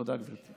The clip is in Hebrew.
תודה, גברתי.